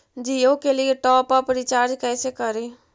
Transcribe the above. जियो के लिए top up recharge कैसे करी?